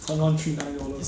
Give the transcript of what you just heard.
con on three nine dollars